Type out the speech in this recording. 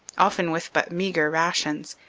often with but meagre rations,